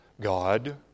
God